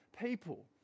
people